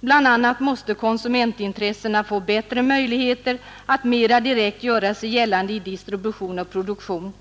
Bl. a. måste konsumentintressena få bättre möjligheter att mera direkt göra sig gällande i distributionen och produktionen.